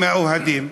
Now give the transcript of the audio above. מהאוהדים,